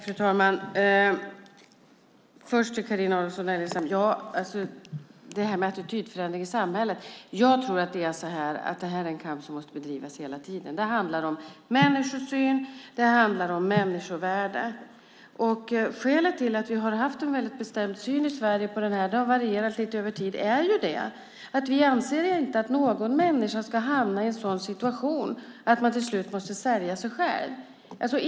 Fru talman! Först vill jag säga till Carina Adolfsson Elgestam med anledning av attitydförändringen i samhället att jag tror att det här är en kamp som måste bedrivas hela tiden. Det handlar om människosyn. Det handlar om människovärde. Skälet till att vi har haft en väldigt bestämd syn på det här i Sverige, det har varierat lite över tid, är ju att vi inte anser att någon människa ska hamna i en sådan situation att man till slut måste sälja sig själv.